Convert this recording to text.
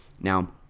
Now